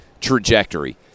trajectory